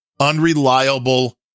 unreliable